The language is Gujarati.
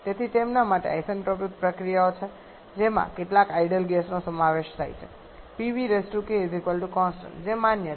તેથી તેમના માટે આઇસેન્ટ્રોપિક પ્રક્રિયાઓ છે જેમાં કેટલાક આઇડલ ગેસનો સમાવેશ થાય છે જે માન્ય છે